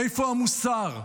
איפה המוסר?